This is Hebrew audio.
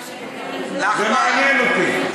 נחמן מאומן, זה מעניין אותי.